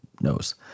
knows